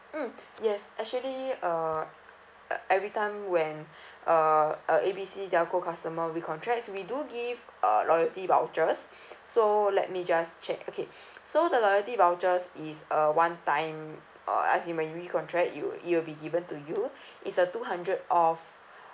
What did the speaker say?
mm yes actually uh every time when uh uh A B C telco customer recontracts we do give uh loyalty vouchers so let me just check okay so the loyalty vouchers is a one time uh as in when you recontract it will it will be given to you it's a two hundred off